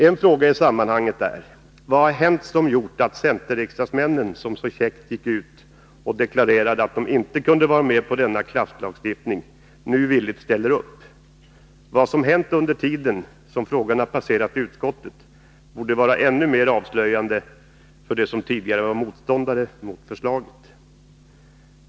En fråga i sammanhanget är: Vad har hänt som gjort att de centerriksdagsmän som så käckt gick ut och deklararerade att de inte kunde vara med på denna klasslagstiftning nu villigt ställer upp? Vad som hänt under tiden som frågan har passerat utskottet borde vara ännu mer avslöjande för dem som tidigare var motståndare till förslaget.